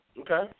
Okay